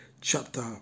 chapter